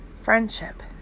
Friendship